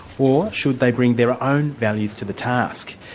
or should they bring their own values to the task?